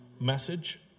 message